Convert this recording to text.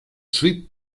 sweet